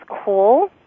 cool